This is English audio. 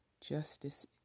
justice